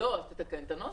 אז תתקן את הנוסח.